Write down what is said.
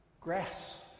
Grass